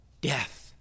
death